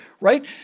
Right